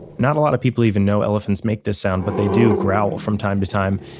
not a lot of people even know elephants make this sound, but they do growl from time to time,